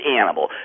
animal